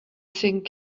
thing